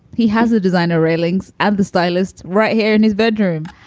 he has a designer railings and the stylists right here in his bedroom.